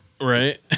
Right